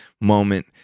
moment